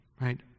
right